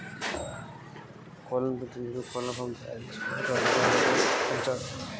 కోళ్లను పెంచడం ఎలా, కోళ్లను పెంచడానికి గల పద్ధతులు ఏంటివి?